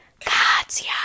Katya